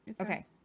Okay